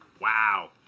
Wow